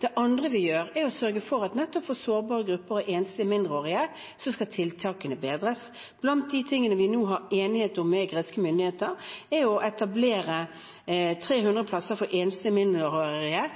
Det andre vi gjør, er å sørge for at nettopp for sårbare grupper og enslige mindreårige skal tiltakene bedres. Blant de tingene vi nå har enighet med greske myndigheter om, er å etablere 300 plasser for enslige mindreårige